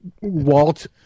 Walt